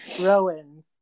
Rowan